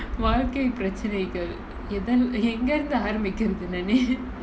வாழ்கை பிரச்சினைகள் எதான் எங்க இருந்து ஆராம்பிக்குறதுநாளே:vaalkai pirachinaigal ethaan enga irunthu arambikurathunaalae